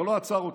זה לא עצר אותנו.